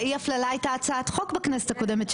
באי-הפללה הייתה הצעת חוק בכנסת הקודמת,